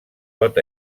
pot